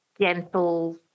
gentle